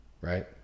right